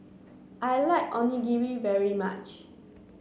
I like Onigiri very much